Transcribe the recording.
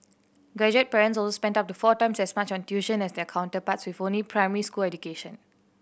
graduate parents also spent up the four times as much on tuition as their counterparts with only primary school education